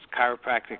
chiropractic